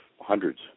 hundreds